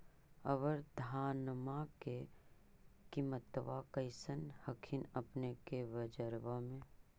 अबर धानमा के किमत्बा कैसन हखिन अपने के बजरबा में?